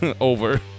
over